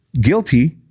guilty